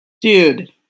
Dude